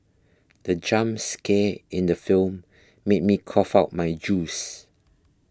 the jump scare in the film made me cough out my juice